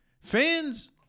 fans